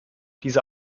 diese